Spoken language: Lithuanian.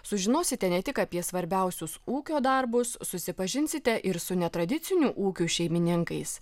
sužinosite ne tik apie svarbiausius ūkio darbus susipažinsite ir su netradicinių ūkių šeimininkais